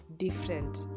different